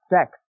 sex